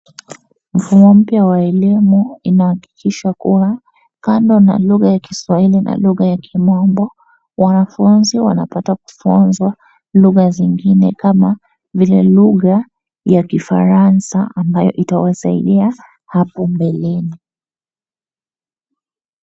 Mfumo mpya wa elimu inahakikisha kuwa kando na lugha ya Kiswahili na lugha ya Kimombo, wanafunzi wanapata kufundishwa lugha zingine kama vile lugha ya Kifaransa ambayo itawasaidia hapo mbeleni.